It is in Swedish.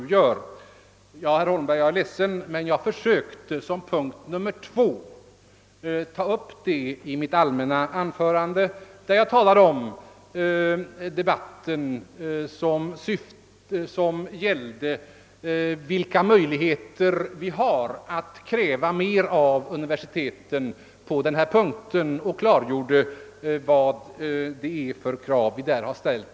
Jag är ledsen, herr Holmberg, men jag försökte att som punkt 2 ta upp detta i mitt första allmänna anförande, där jag talade om debatten angående våra möjligheter att kräva mer av universiteten på den här punkten och klargjorde vilka krav vi har ställt.